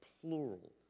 plural